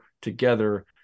together